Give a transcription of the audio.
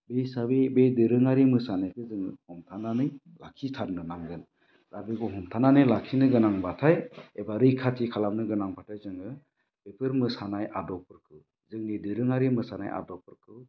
बे हिसाबै बे दोरोङारि मोसानायखो जोङो हमथानानै लाखिथारनो नांगोन हारिखौ हमथानानै लाखिनो गोनांब्लाथाय एबा रैखाथि खालामनो गोनांब्लाथाय जोङो बेफोर मोसानाय आदबफोरखौ जोंनि दोरोङारि मोसानाय आदबफोरखौ